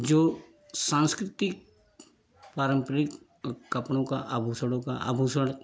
जो सांस्कृतिक पारम्परिक कपड़ों का आभूषणों का आभूषण